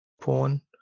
porn